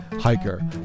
hiker